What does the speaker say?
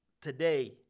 today